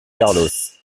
carlos